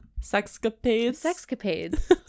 sexcapades